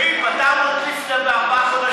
תשמעי, פתרנו את ליפתא בארבעה חודשים.